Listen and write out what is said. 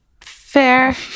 Fair